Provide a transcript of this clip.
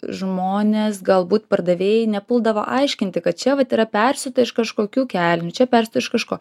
žmonės galbūt pardavėjai nepuldavo aiškinti kad čia vat yra persiūta iš kažkokių kelnių čia persiūta iš kažko